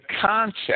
concept